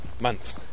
months